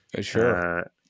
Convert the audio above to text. Sure